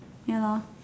ya lor